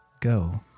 go